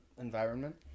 Environment